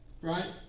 Right